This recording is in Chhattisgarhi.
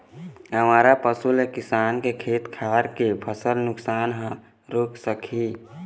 आवारा पशु ले किसान के खेत खार के फसल नुकसान ह रूक सकही